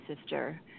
sister